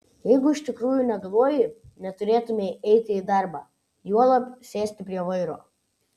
jeigu iš tikrųjų negaluoji neturėtumei eiti į darbą juolab sėsti prie vairo